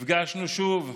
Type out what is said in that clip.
נפגשנו שוב.